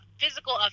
physical